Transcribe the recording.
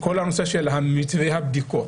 כל הנושא של מתווה הבדיקות,